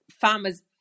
farmers